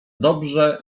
dobrze